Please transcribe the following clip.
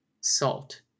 Salt